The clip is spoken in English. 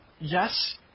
yes